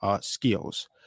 skills